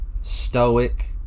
stoic